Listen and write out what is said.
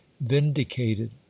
vindicated